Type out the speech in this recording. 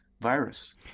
virus